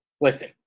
listen